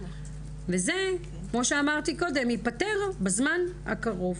זה, כמו שאמרתי קודם, ייפתר בזמן הקרוב.